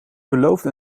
beloofde